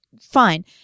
fine